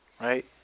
Right